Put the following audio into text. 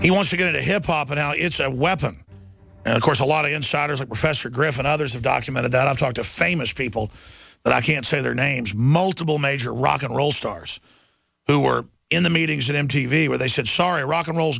he wants to get a hip hop but now it's a weapon and of course a lot of insiders a professor graff and others have documented that i've talked to famous people but i can't say their names multiple major rock n roll stars who were in the meetings at m t v where they said sorry rock n roll